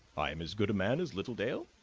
i am as good a man as littledale.